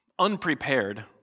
unprepared